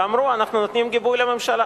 ואמרו: אנחנו נותנים גיבוי לממשלה.